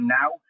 now